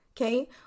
okay